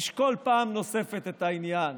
לשקול פעם נוספת את העניין